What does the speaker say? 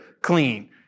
clean